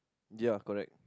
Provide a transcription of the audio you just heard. ya correct